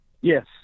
Yes